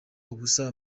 ubusa